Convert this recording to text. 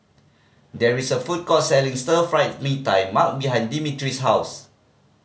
there is a food court selling Stir Fry Mee Tai Mak behind Dimitri's house